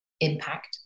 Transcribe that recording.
impact